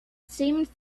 seemed